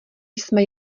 jsme